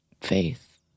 faith